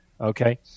Okay